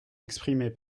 exprimés